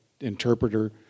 interpreter